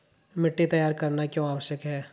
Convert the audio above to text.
मिट्टी तैयार करना क्यों आवश्यक है?